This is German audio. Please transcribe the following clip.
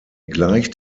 gleicht